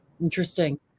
Interesting